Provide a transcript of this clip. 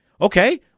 Okay